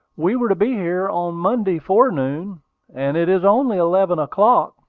we were to be here on monday forenoon and it is only eleven o'clock.